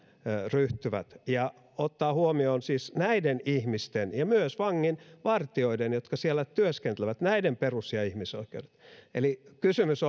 ryhtyvät ja ottaa huomioon siis näiden ihmisten ja myös vanginvartijoiden jotka siellä työskentelevät perus ja ihmisoikeudet eli kysymys